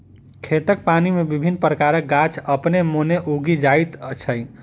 खेतक पानि मे विभिन्न प्रकारक गाछ अपने मोने उगि जाइत छै